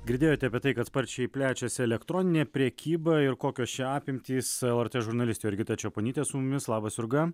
girdėjote apie tai kad sparčiai plečiasi elektroninė prekyba ir kokios čia apimtys lrt žurnalistė jurgita čeponytė su mumis labas jurga